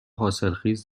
حاصلخیز